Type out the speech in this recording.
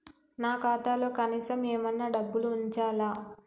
నా ఖాతాలో కనీసం ఏమన్నా డబ్బులు ఉంచాలా?